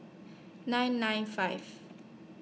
nine nine five